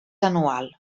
anual